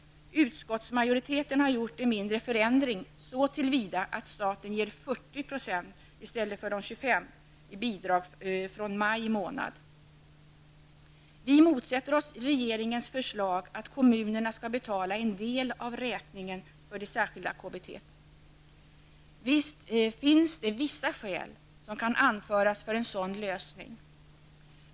Utskottsmajoriteten har gjort en mindre förändring så till vida att staten ger Vi motsätter oss regeringens förslag att kommunerna skall betala en del av räkningen för det särskilda kommunala bostadstillägget. Visst finns det vissa skäl som kan anföras för en sådan lösning.